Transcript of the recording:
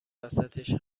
وسطش